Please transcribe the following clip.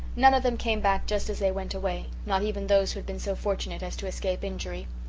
none of them came back just as they went away, not even those who had been so fortunate as to escape injury.